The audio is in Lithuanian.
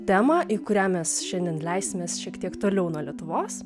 temą į kurią mes šiandien leisimės šiek tiek toliau nuo lietuvos